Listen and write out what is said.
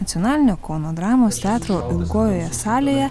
nacionalinio kauno dramos teatro ilgojoje salėje